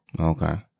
okay